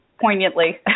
Poignantly